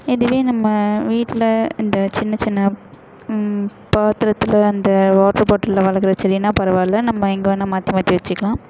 இதுவே நம்ம வீட்டில் இந்த சின்ன சின்ன பாத்திரத்தில் அந்த வாட்டர் பாட்டிலில் வளர்க்குற செடின்னால் பரவாயில்ல நம்ப எங்கே வேணால் மாற்றி மாற்றி வச்சுக்கலாம்